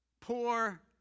poor